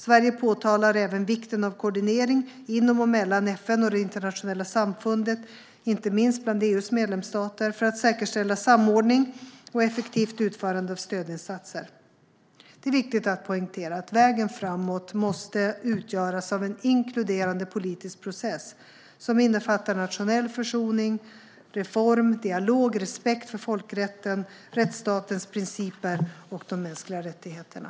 Sverige påtalar även vikten av koordinering inom och mellan FN och det internationella samfundet, inte minst bland EU:s medlemsstater, för att säkerställa samordning och effektivt utförande av stödinsatser. Det är dock viktigt att poängtera att vägen framåt måste utgöras av en inkluderande politisk process som innefattar nationell försoning, reform, dialog, respekt för folkrätten, rättsstatens principer och de mänskliga rättigheterna.